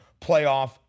playoff